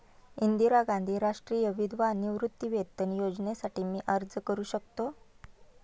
इंदिरा गांधी राष्ट्रीय विधवा निवृत्तीवेतन योजनेसाठी मी अर्ज करू शकतो?